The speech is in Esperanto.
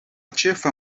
ĉefa